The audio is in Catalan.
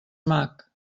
mac